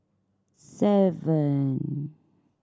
seven